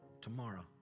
tomorrow